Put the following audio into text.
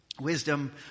wisdom